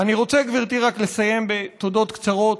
אני רוצה, גברתי, רק לסיים בתודות קצרות.